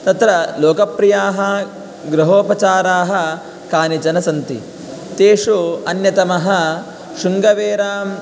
तत्र लोकप्रियाः ग्रहोपचाराः कानिचन सन्ति तेषु अन्यतमः शृङ्गवेरां